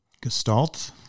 gestalt